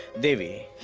devi,